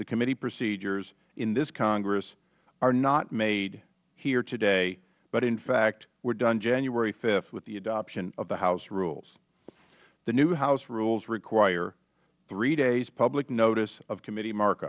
the committee procedures in this congress are not made here today but in fact were done januaryh with the adoption of the house rules the new house rules require hdays public notice of committee